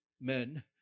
men